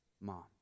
mom